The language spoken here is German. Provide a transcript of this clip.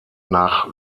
nach